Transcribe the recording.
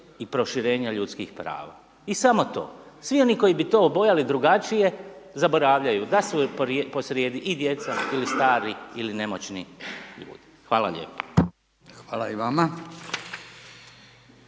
i proširenja ljudskih prava i samo to. Svi oni koji bi obojali drugačije, zaboravljaju da su posrijedi i djeca ili stari i nemoćni. Hvala lijepo. **Radin,